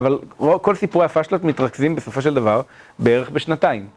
אבל כל סיפורי הפאשלות מתרכזים בסופו של דבר בערך בשנתיים.